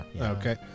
Okay